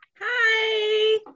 Hi